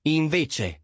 invece